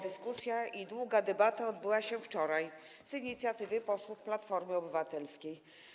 Dyskusja i długa debata odbyły się wczoraj z inicjatywy posłów Platformy Obywatelskiej.